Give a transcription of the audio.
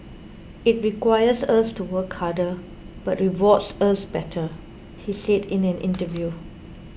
it requires us to work harder but rewards us better he said in an interview